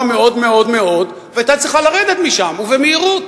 מאוד-מאוד-מאוד והיתה צריכה לרדת משם ובמהירות,